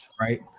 right